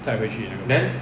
载回去那个 bike